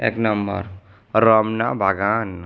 এক নাম্বার রমনা বাগান